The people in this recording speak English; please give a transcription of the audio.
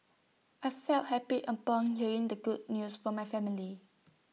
I felt happy upon hearing the good news from my family